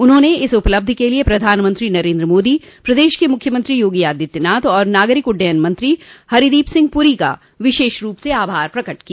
उन्होंने इस उपलब्धि के लिय प्रधानमंत्री नरेन्द्र मोदी प्रदेश के मुख्यमंत्री योगी आदित्यनाथ और नागरिक उड्डयन मंत्री हरिदीप सिंह पुरी का विशेष रूप से आभार प्रकट किया